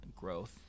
growth